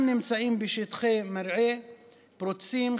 חלקם נמצאים בשטחי מרעה פרוצים,